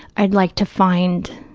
i'd like to find